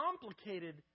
complicated